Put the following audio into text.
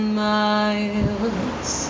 miles